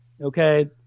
Okay